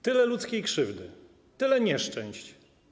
Tyle ludzkiej krzywdy, tyle nieszczęść.